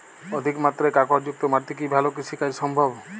অধিকমাত্রায় কাঁকরযুক্ত মাটিতে কি ভালো কৃষিকাজ সম্ভব?